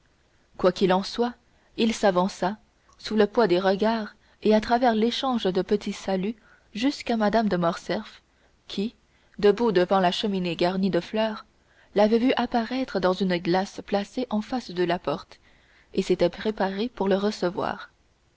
quoi qu'il en soit il s'avança sous le poids des regards et à travers l'échange des petits saluts jusqu'à mme de morcerf qui debout devant la cheminée garnie de fleurs l'avait vu apparaître dans une glace placée en face de la porte et s'était préparée pour le recevoir